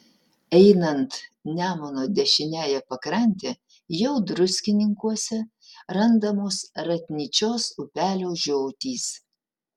einant nemuno dešiniąja pakrante jau druskininkuose randamos ratnyčios upelio žiotys